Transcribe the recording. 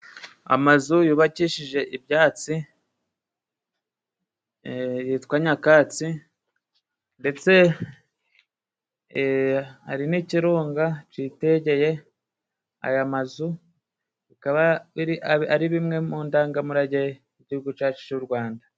Amazu yubakishije ibyatsi yitwa nyakatsi, ndetse hari n'ikirunga citegeye aya mazu. Bikaba ari bimwe mu ndangamurage y'igihugu cacu c' uRwanda.